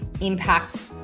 impact